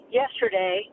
yesterday